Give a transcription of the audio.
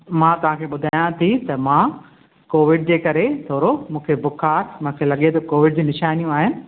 मां तव्हां खे ॿुधायां थी त मां कोविड जे करे थोरो मूंखे बुखारु मथे लॻे थो कोविड जी निशानियूं आहिनि